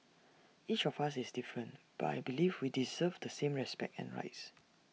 each of us is different but I believe we deserve the same respect and rights